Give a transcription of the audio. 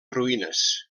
ruïnes